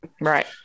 Right